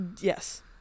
yes